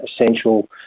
essential